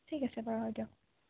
ঠিক আছে বাৰু হ'ব দিয়ক